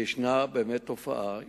ויש באמת תופעה,